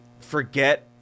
forget